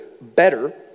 better